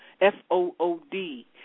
F-O-O-D